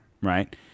Right